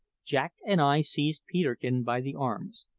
jack and i seized peterkin by the arms.